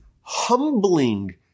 humbling